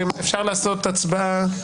אפשר לעשות הצבעה.